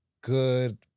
good